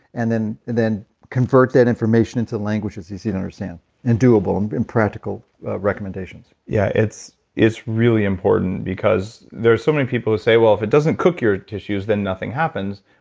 and then then convert that information into language as you see it, and understand and doable and and practical recommendations yeah. it's it's really important because there are so many people who say, well, if it doesn't cook your tissues, then nothing happens,